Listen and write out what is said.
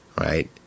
right